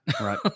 right